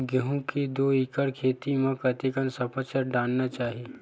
गेहूं के दू एकड़ खेती म कतेकन सफाचट डालना चाहि?